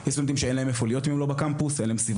יש סטודנטים שאין להם איפה להיות אם לא בקמפוס,